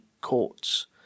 Courts